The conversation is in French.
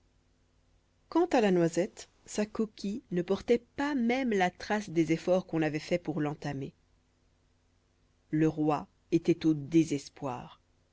quant à la noisette sa coquille ne portait pas même la trace des efforts qu'on avait faits pour l'entamer le roi était au désespoir